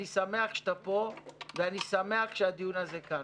אני שמח שאתה פה ואני שמח שהדיון הזה כאן.